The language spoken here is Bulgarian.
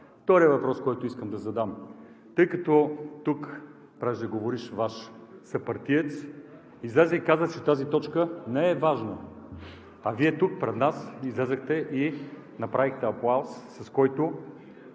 Вторият въпрос, който искам да задам: тъй като тук преждеговоривш Ваш съпартиец излезе и каза, че тази точка не е важна, Вие излязохте тук пред нас и направихте аплауз, с който